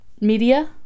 media